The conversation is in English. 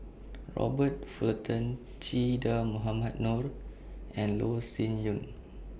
Robert Fullerton Che Dah Mohamed Noor and Loh Sin Yun